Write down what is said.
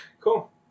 Cool